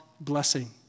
blessing